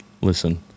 listen